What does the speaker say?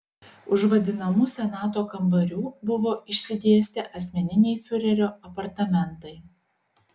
už vadinamų senato kambarių buvo išsidėstę asmeniniai fiurerio apartamentai